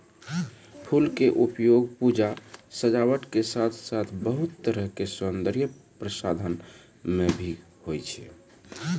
फूल के उपयोग पूजा, सजावट के साथॅ साथॅ बहुत तरह के सौन्दर्य प्रसाधन मॅ भी होय छै